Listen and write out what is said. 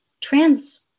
trans